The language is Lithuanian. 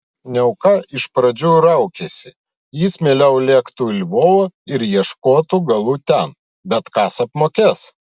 niauka iš pradžių raukėsi jis mieliau lėktų į lvovą ir ieškotų galų ten bet kas apmokės